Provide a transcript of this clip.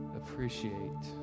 appreciate